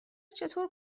چطور